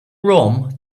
rum